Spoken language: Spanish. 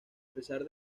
pesar